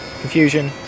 Confusion